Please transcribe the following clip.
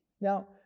now